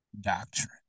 doctrine